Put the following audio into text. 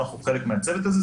אנחנו חלק מהצוות הזה.